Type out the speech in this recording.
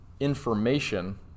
information